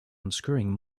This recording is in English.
unscrewing